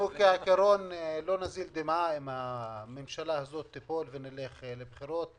אנחנו כעקרון לא נזיל דמעה אם הממשלה הזאת תיפול ונלך לבחירות.